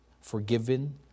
forgiven